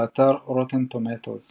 באתר Rotten Tomatoes